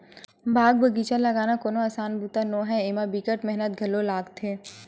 बाग बगिचा लगाना कोनो असान बूता नो हय, एमा बिकट मेहनत घलो लागथे